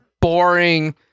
boring